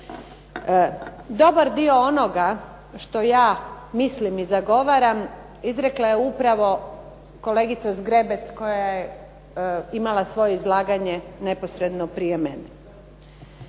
Dobar dio onoga što ja mislim i zagovaram izrekla je upravo kolegica Zgrebec koja je imala svoje izlaganje neposredno prije mene.